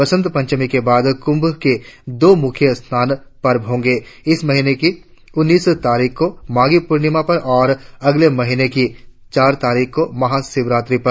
वसंत पंचमी के बाद कुंभ के दो मुख्य स्नान पर्व होंगे इस महीने की उन्नीस तारीख को माघी पूर्णिमा पर और अगले महीने की चार तारीख को महाशिवरात्रि पर